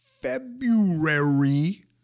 February